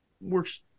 works